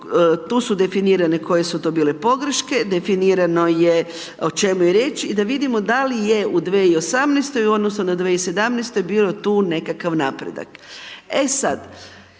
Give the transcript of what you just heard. tu su definirane koje su to bile pogreške, definirano je o čemu je riječ i da vidimo da li je u 2018. u odnosu na 2017. bio tu nekakav napredak. E sad,